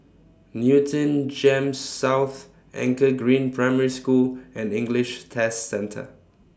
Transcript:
Newton Gems South Anchor Green Primary School and English Test Centre